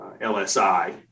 LSI